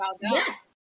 Yes